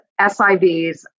SIVs